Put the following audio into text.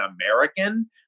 american